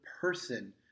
person